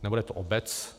Nebude to obec.